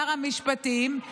שר המשפטים,